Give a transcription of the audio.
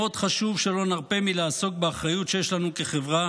מאוד חשוב שלא נרפה מלעסוק באחריות שיש לנו כחברה